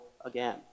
again